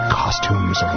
costumes